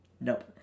Nope